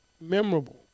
memorable